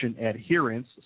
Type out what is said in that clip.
adherence